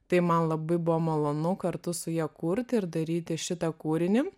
tai man labai buvo malonu kartu su ja kurt ir daryti šitą kūrinį